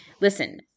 Listen